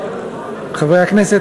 חברי הכנסת,